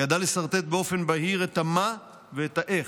הוא ידע לסרטט באופן בהיר את ה"מה" ואת ה"איך".